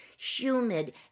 humid